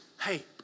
Hey